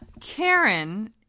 Karen